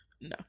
No